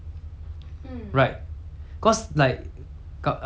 got I mean those like shows ah people pay money for the show